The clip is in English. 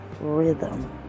rhythm